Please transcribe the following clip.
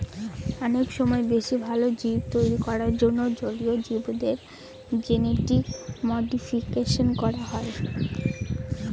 অনেক সময় বেশি ভালো জীব তৈরী করার জন্য জলীয় জীবদের জেনেটিক মডিফিকেশন করা হয়